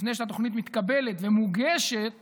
לפני שהתוכנית מתקבלת ומוגשת